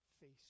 face